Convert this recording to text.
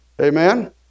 Amen